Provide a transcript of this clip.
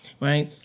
Right